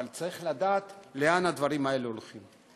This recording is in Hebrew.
אבל צריך לדעת לאן הדברים האלה הולכים.